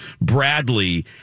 Bradley